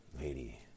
lady